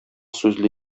сүзле